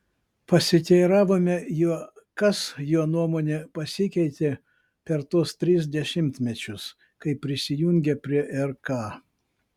pasiteiravome jo kas jo nuomone pasikeitė per tuos tris dešimtmečius kai prisijungė prie rk